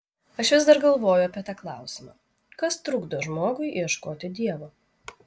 aš vis dar galvoju apie tą klausimą kas trukdo žmogui ieškoti dievo